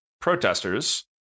protesters